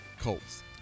colts